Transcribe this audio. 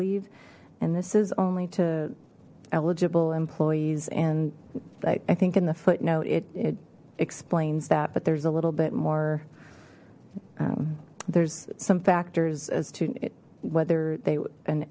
leave and this is only to eligible employees and i think in the footnote it explains that but there's a little bit more there's some factors as to whether they